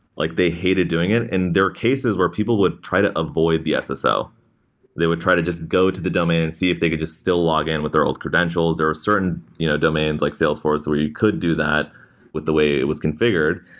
like they hated doing it. and there are cases where people would try to avoid the sso. so they would try to just go to the domain and see if they could just still login with their old credentials. there are certain you know domains, like salesforce where you could do that with the way it was configured.